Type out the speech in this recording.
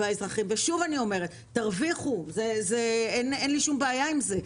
שוב אני אומרת: תרוויחו, אין לי שום בעיה עם זה.